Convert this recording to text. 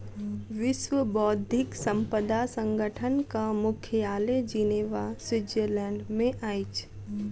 विश्व बौद्धिक संपदा संगठनक मुख्यालय जिनेवा, स्विट्ज़रलैंड में अछि